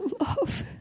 love